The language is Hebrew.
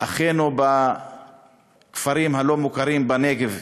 אחינו בכפרים הלא-מוכרים בנגב,